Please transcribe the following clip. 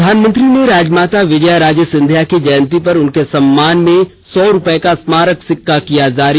प्रधानमंत्री ने राजमाता विजया राजे सिंधिया की जयंती पर उनके सम्मान में सौ रूपये का स्मारक सिक्का किया जारी